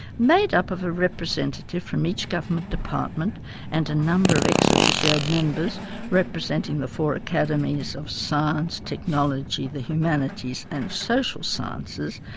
made up of a representative from each government department and a number of ex-officio members representing the four academies of science, technology, the humanities and social sciences,